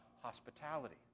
hospitality